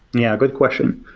yeah, good question.